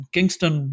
Kingston